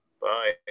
Bye